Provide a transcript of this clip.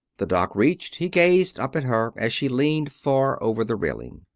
the dock reached, he gazed up at her as she leaned far over the railing.